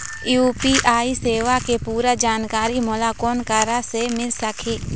UPI सेवा के पूरा जानकारी मोला कोन करा से मिल सकही?